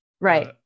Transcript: Right